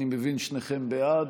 אני מבין ששניכם בעד,